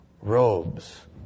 robes